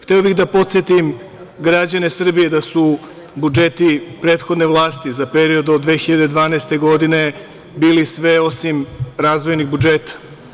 Hteo bih da podsetim građane Srbije da su budžeti prethodne vlasti, za period od 2012. godine, bili sve osim razvojnih budžeta.